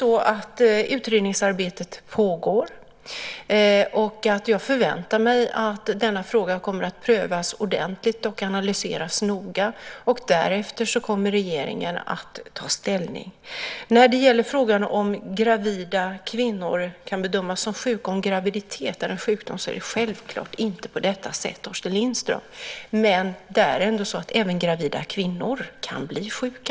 Utredningsarbete pågår således. Jag förväntar mig att denna fråga kommer att prövas ordentligt och analyseras noga. Därefter kommer regeringen att ta ställning. Om graviditet kan bedömas som sjukdom, frågar Torsten Lindström. Självklart är det inte så. Men även gravida kvinnor kan bli sjuka.